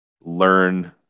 learn